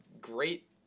great